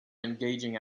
engaging